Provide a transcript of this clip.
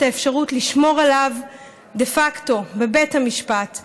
האפשרות לשמור עליו דה פקטו בבית המשפט,